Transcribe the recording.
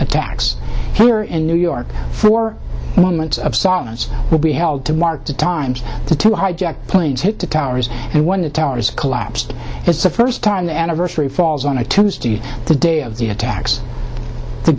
attacks here in new york for a moment of silence will be held to mark the times to two hijacked planes hit the towers and when the towers collapsed it's the first time the anniversary falls on a tuesday the day of the attacks t